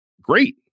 great